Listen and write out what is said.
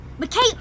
McKay